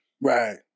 Right